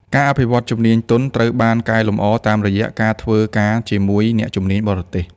ការអភិវឌ្ឍជំនាញទន់ ត្រូវបានកែលម្អតាមរយៈការធ្វើការជាមួយអ្នកជំនាញបរទេស។